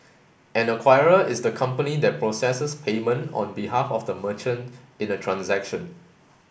an acquirer is the company that processes payment on behalf of the merchant in a transaction